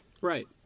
Right